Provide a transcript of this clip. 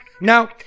now